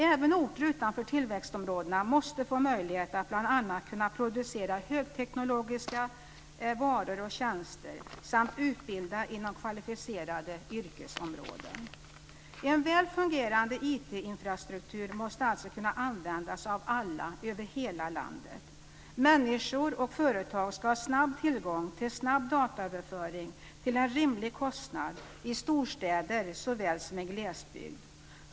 Även orter utanför tillväxtområdena måste få möjlighet att bl.a. producera högteknologiska varor och tjänster samt utbilda inom kvalificerade yrkesområden. En väl fungerande IT-infrastruktur måste alltså kunna användas av alla över hela landet. Människor och företag ska ha tillgång till snabb dataöverföring till en rimlig kostnad i storstäder såväl som i glesbygd.